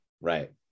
Right